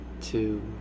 two